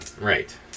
Right